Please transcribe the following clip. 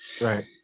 Right